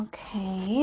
Okay